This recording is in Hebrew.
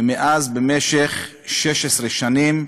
ומאז במשך 16 שנים,